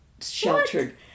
sheltered